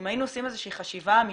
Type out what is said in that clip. אם היינו עושים איזושהי חשיבה אמתית,